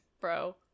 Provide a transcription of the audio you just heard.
bro